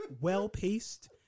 well-paced